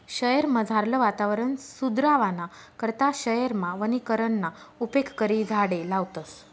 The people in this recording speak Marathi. शयेरमझारलं वातावरण सुदरावाना करता शयेरमा वनीकरणना उपेग करी झाडें लावतस